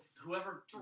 Whoever